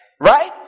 Right